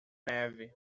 neve